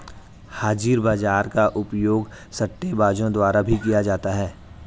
हाजिर बाजार का उपयोग सट्टेबाजों द्वारा भी किया जाता है